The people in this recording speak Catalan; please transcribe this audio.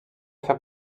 fer